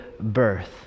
birth